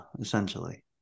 essentially